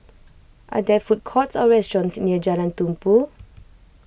are there food courts or restaurants near Jalan Tumpu